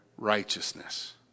righteousness